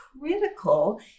critical